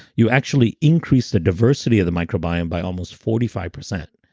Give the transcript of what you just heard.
you actually increase the diversity of the microbiome by almost forty five percent.